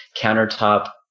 countertop